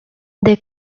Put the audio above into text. they